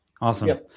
Awesome